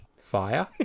Fire